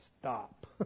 Stop